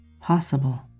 possible